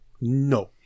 No